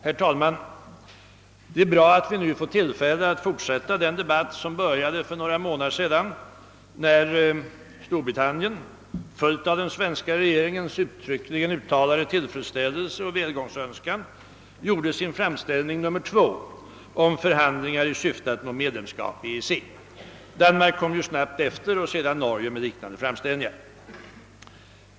Herr talman! Det är bra att vi nu får tillfälle att fortsätta den debatt som började för några månader sedan, när Storbritannien, följt av den svenska regeringens uttryckligen uttalade tillfredsställelse och välgångsönskan, gjorde sin framställning nr 2 om förhandlingar i syfte att nå medlemskap i EEC. Danmark kom snabbt efter, liksom sedan Norge, med liknande framställningar.